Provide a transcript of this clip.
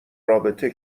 رابطه